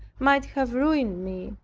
might have ruined me,